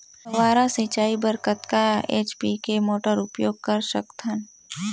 फव्वारा सिंचाई बर कतका एच.पी के मोटर उपयोग कर सकथव?